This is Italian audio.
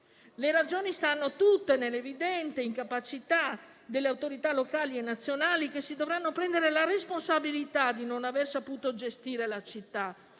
Le ragioni stanno tutte nell'evidente incapacità delle autorità locali e nazionali, che si dovranno prendere la responsabilità di non aver saputo gestire la città